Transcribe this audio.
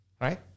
Right